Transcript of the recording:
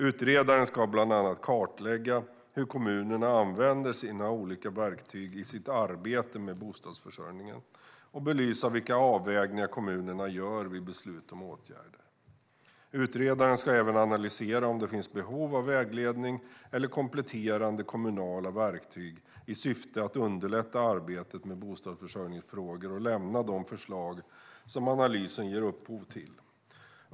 Utredaren ska bland annat kartlägga hur kommunerna använder olika verktyg i sitt arbete med bostadsförsörjningen och belysa vilka avvägningar kommunerna gör vid beslut om åtgärder. Utredaren ska även analysera om det finns behov av vägledning eller kompletterande kommunala verktyg i syfte att underlätta arbetet med bostadsförsörjningsfrågor samt lämna de förslag som analysen ger upphov till.